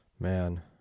Man